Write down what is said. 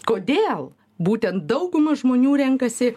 kodėl būtent dauguma žmonių renkasi